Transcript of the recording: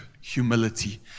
humility